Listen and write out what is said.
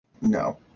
No